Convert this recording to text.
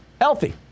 healthy